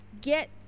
get